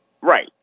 Right